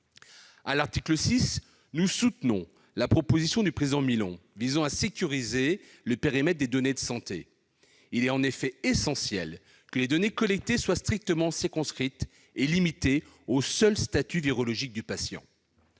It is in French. Royaume-Uni. Nous soutenons la proposition du président Milon consistant à sécuriser, au sein de l'article 6, le périmètre des données de santé. Il est en effet essentiel que les données collectées soient strictement circonscrites et limitées au seul statut virologique du patient.